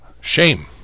Shame